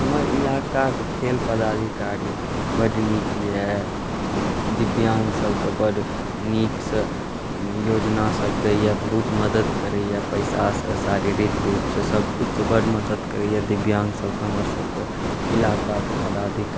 हमर इलाकाके खेल पदाधिकारी बड़ नीक अइ दिव्याङ्गसबके बड़ नीकसँ योजनासब दैए बहुत मदति करैए पइसासँ शारीरिक रूपसँ सबकिछुसँ बड़ मदति करैए दिव्याङ्गसबके हमरसबके इलाकाके पदाधिकारी